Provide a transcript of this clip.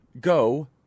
go